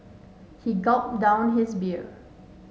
he gulped down his beer